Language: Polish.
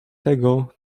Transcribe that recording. tego